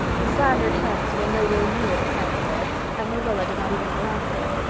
the slandered hens were nowhere near the pansy bed and marilla did not even glance at it.